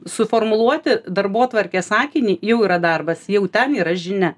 suformuluoti darbotvarkės sakinį jau yra darbas jau ten yra žinia